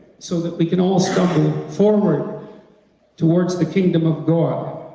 so that we can all stumble forward towards the kingdom of god.